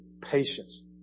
patience